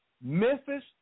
Memphis